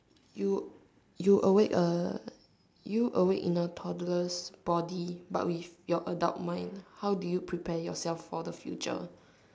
you you awake a you awake in a toddler's body but with your adult mind how do you prepare yourself for the future